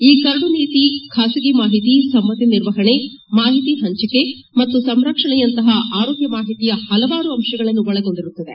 ಈ ಕರಡು ನೀತಿ ಖಾಸಗಿ ಮಾಹಿತಿ ಸಮ್ಲತಿ ನಿರ್ವಹಣೆ ಮಾಹಿತಿ ಹಂಚಿಕೆ ಮತ್ತು ಸಂರಕ್ಷಣೆಯಂತಹ ಆರೋಗ್ಯ ಮಾಹಿತಿಯ ಹಲವಾರು ಅಂಶಗಳನ್ನು ಒಳಗೊಂಡಿರುತ್ತದೆ